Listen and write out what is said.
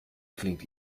klingt